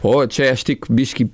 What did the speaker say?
o čia aš tik biškį